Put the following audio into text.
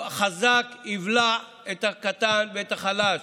החזק יבלע את הקטן ואת החלש.